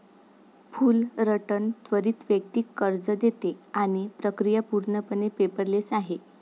Fullerton त्वरित वैयक्तिक कर्ज देते आणि प्रक्रिया पूर्णपणे पेपरलेस आहे